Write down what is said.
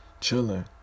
chilling